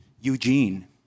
Eugene